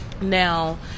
now